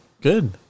good